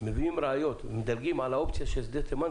מביאים ראיות ומדלגים על האופציה של שדה תימן,